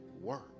work